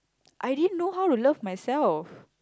I didn't know how to love myself